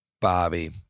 Bobby